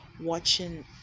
watching